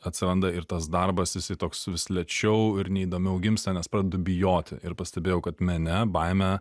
atsiranda ir tas darbas jisai toks vis lėčiau ir neįdomiau gimsta nes pradedu bijoti ir pastebėjau kad mene baimė